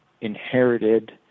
inherited